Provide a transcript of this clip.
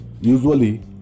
usually